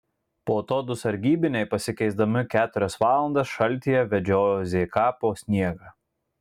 po to du sargybiniai pasikeisdami keturias valandas šaltyje vedžiojo zk po sniegą